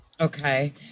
okay